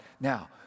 Now